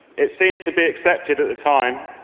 it seemed to be accepted at the time,